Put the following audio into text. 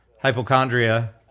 hypochondria